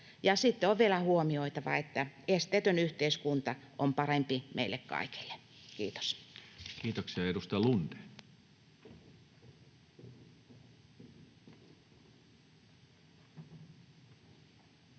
sitten on vielä huomioitava, että esteetön yhteiskunta on parempi meille kaikille. — Kiitos. [Speech 139]